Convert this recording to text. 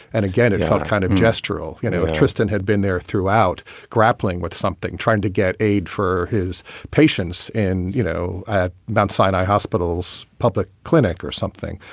and again, it felt kind of gestural. you know, tristan had been there throughout grappling with something, trying to get aid for his patients. and, you know, at mount sinai hospital's public clinic or something,